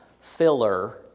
filler